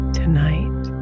tonight